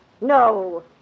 No